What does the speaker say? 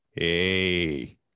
Hey